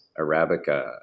Arabica